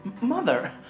Mother